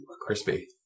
crispy